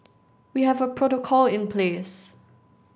we have a protocol in place